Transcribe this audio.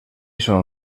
són